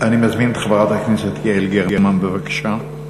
אני מזמין את חברת הכנסת יעל גרמן, בבקשה.